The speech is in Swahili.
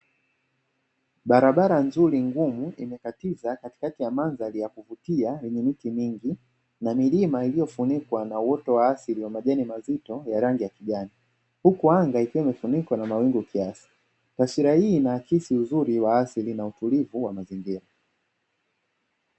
Barabara nzuri ngumu imekatiza katikati ya mandhari ya kuvutia lenye miti mingi na milima iliyofunikwa na uoto wa asili wa majani mazito ya rangi ya kijani, huku anga ikiwa imefunikwa na mawingu kiasi, taswira hii inaakisi uzuri wa asili na utulivu wa mazingira